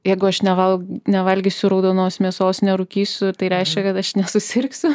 jeigu aš neval nevalgysiu raudonos mėsos nerūkysiu tai reiškia kad aš nesusirgsiu